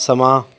ਸਮਾਂ